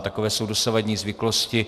Takové jsou dosavadní zvyklosti.